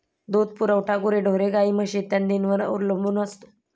दूध पुरवठा गुरेढोरे, गाई, म्हशी इत्यादींवर अवलंबून असतो